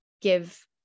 give